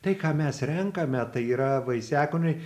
tai ką mes renkame tai yra vaisiakūniai